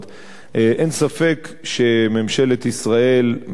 אין ספק שממשלת ישראל בעבר,